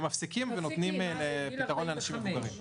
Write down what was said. מפסיקים ונותנים פתרון לאנשים מבוגרים.